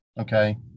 okay